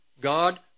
God